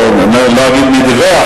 לא אגיד מי דיווח,